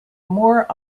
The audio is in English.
more